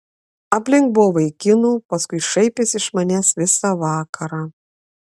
aplink buvo vaikinų paskui šaipėsi iš manęs visą vakarą